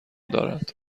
دارد